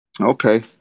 Okay